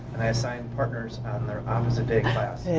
and i assigned partners on their opposite day class.